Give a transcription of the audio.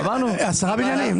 עשרה בניינים?